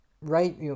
right